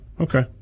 okay